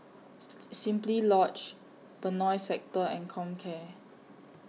Simply Lodge Benoi Sector and Comcare